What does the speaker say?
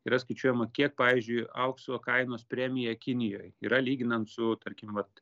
yra skaičiuojama kiek pavyzdžiui aukso kainos premija kinijoj yra lyginant su tarkim vat